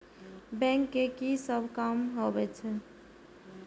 Bank के की सब काम होवे छे?